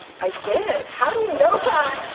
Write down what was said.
i did. how do you know that?